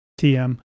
TM